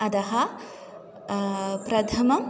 अतः प्रथमम्